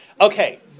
Okay